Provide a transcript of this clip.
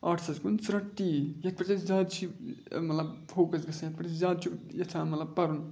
آٹسَس کُن ژٕ رَٹھ تی یَتھ پٮ۪ٹھ أسۍ زیادٕ چھِ مطلب فوکَس گژھان یَتھ پٮ۪ٹھ زیادٕ چھُ یَژھان ملب پَرُن